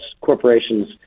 corporations